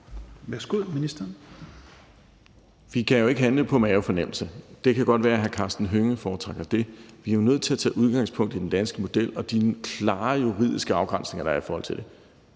Engelbrecht): Vi kan jo ikke handle på mavefornemmelse. Det kan godt være, at hr. Karsten Hønge foretrækker det, men vi er nødt til at tage udgangspunkt i den danske model og de klare juridiske afgrænsninger, der er i forhold til det.